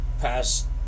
past